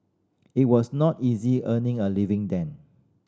it was not easy earning a living then